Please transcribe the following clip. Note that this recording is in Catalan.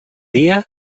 dia